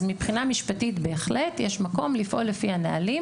אז מבחינה משפטית בהחלט יש מקום לפעול לפי הנהלים